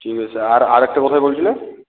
ঠিক আছে আর আর একটা কোথায় বলছিলে